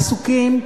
עסוקים,